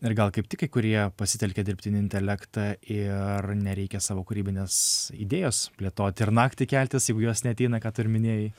ir gal kaip tik kai kurie pasitelkia dirbtinį intelektą ir nereikia savo kūrybinės idėjos plėtoti ir naktį keltis jeigu jos neateina ką tu ir minėjai